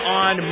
on